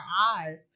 eyes